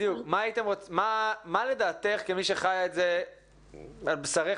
כמי שחיה את זה על בשרה,